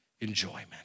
enjoyment